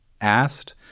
asked